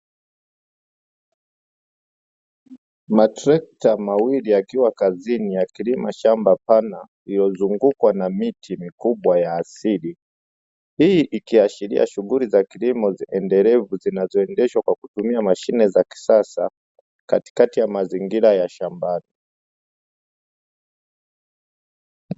Matrekta mawili yakiwa kazini yakilima shamba pana lililozungukwa na miti mikubwa ya asili, hii ikiashiria shughuli za kilimo endelevu zinazoendeshwa kwa kutumia mashine za kisasa katikati ya mazingira ya shambani.